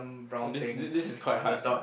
ah this this this is quite hard